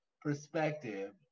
perspective